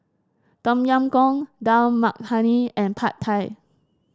Tom Yam Goong Dal Makhani and Pad Thai